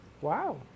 Wow